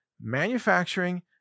Manufacturing